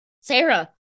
Sarah